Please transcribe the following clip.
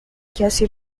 کسی